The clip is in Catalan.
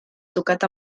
tocat